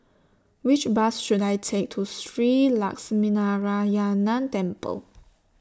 Which Bus should I Take to Shree Lakshminarayanan Temple